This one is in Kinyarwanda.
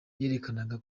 yerekana